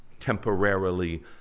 temporarily